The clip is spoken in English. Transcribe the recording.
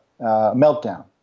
meltdown